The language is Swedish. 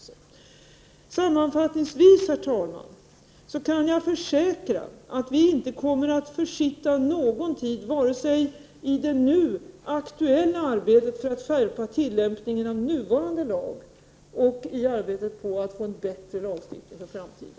Sammanfattningsvis, herr talman, kan jag försäkra att vi inte kommer att försitta någon tid vare sig i det nu aktuella arbetet för att skärpa tillämpningen av den gällande lagen eller i det arbete som pågår för att åstadkomma en bättre lagstiftning för framtiden.